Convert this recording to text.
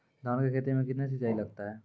धान की खेती मे कितने सिंचाई लगता है?